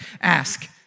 Ask